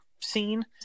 scene